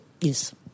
Yes